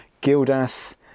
Gildas